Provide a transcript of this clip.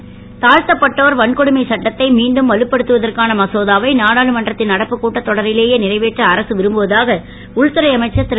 மீண்டும் தலைப்புச் செய்திகள் தாழ்த்தப்பட்டோர் வன்கொடுமைச் சட்டத்தை மீண்டும் வலுப்படுத்துவதற்கான மசோதாவை நாடாளுமன்றத்தின் நடப்பு கூட்டத் தொடரிலேயே நிறைவேற்ற அரசு விரும்புவதாக உள்துறை அமைச்சர் திரு